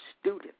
student